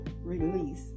release